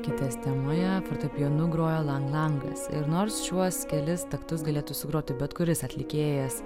kitas temoje fortepijonu groja lang langas ir nors šiuos kelis taktus galėtų sugroti bet kuris atlikėjas